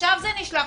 שעשיו זה נשלח.